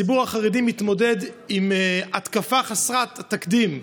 הציבור החרדי מתמודד עם התקפה חסרת תקדים.